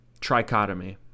Trichotomy